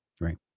Right